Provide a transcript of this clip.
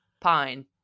pine